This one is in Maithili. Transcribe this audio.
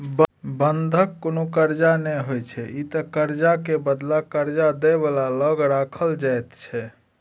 बंधक कुनु कर्जा नै होइत छै ई त कर्जा के बदला कर्जा दे बला लग राखल जाइत छै